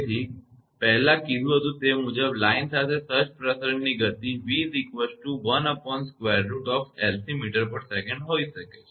તેથી પહેલા કીધુ તે મુજબ લાઇન સાથે સર્જ પ્રસરણની ગતિ 𝑣 1√𝐿𝐶 mtsec હોઈ શકે છે